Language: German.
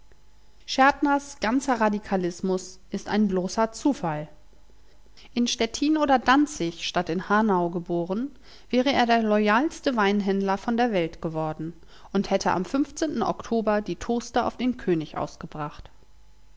schärtners ganzer radikalismus ist ein bloßer zufall in stettin oder danzig statt in hanau geboren wäre er der loyalste weinhändler von der welt geworden und hätte am oktober die toaste auf den könig ausgebracht